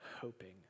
hoping